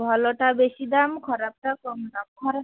ଭଲଟା ବେଶି ଦାମ୍ ଖରାପଟା କମ ଦାମ୍ ଖରାପ